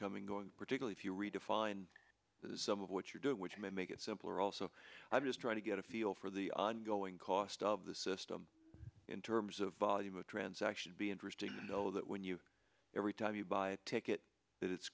coming going particularly if you redefine some of what you're doing which may make it simpler also i'm just trying to get a feel for the ongoing cost of the system in terms of volume of transactions be interesting to know that when you every time you buy a ticket that it's